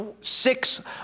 six